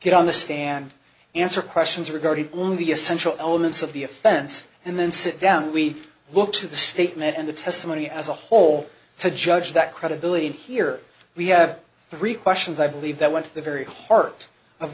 get on the stand answer questions regarding only essential elements of the offense and then sit down we look to the statement and the testimony as a whole to judge that credibility and here we have three questions i believe that went to the very heart of